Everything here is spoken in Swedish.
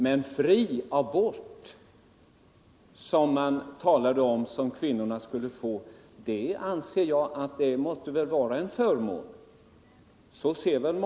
Men fri abort, som man talade om att kvinnorna skulle få, det ser väl många som en förmån.